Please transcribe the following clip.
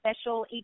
special